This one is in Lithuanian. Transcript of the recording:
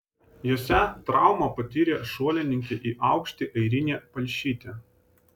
jose traumą patyrė šuolininkė į aukštį airinė palšytė